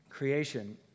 Creation